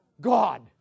God